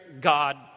God